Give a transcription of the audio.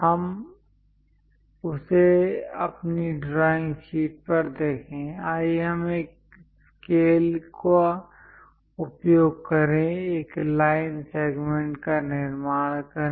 हम उसे अपनी ड्राइंग शीट पर देखें आइए हम एक स्केल का उपयोग करें एक लाइन सेगमेंट का निर्माण करें